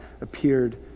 appeared